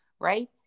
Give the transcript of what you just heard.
right